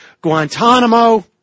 Guantanamo